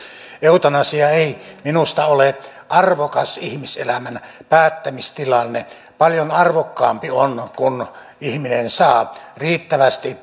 eutanasia ei minusta ole arvokas ihmiselämän päättämistilanne paljon arvokkaampi on kun ihminen saa riittävästi